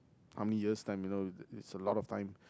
how many years time you know it's a lot of time